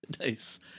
Nice